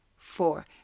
four